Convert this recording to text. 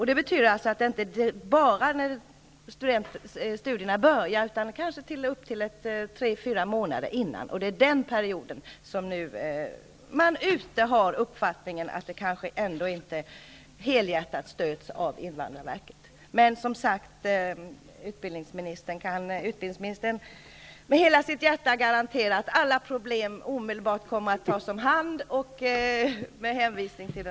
Det betyder att studenterna kommer tre fyra månader innan deras program börjar. Det är den perioden det gäller, och det anses att invandrarverket kanske inte helhjärtat stöder detta. Kan utbildningsministern med hela sitt hjärta garantera att alla problem omedelbart tas om hand?